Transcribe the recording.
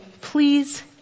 please